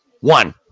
one